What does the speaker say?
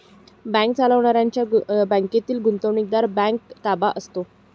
bank चालवणाऱ्यांच्या बँकेतील गुंतवणुकीवर बँकेचा ताबा असतो